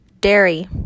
Dairy